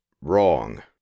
wrong